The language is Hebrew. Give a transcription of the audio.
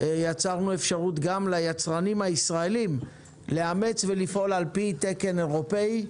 יצרנו אפשרות גם ליצרנים הישראלים לאמץ ולפעול על פי תקן אירופאי,